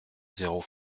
zéro